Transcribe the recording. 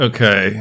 Okay